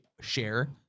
share